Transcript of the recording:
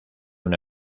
una